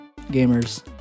gamers